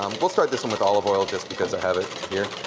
we'll start this one with olive oil just because i have it here.